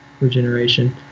regeneration